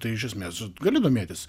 tai iš esmės gali domėtis